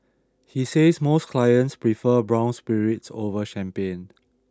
he says most clients prefer brown spirits over champagne